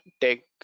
take